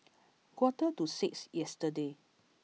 quarter to six yesterday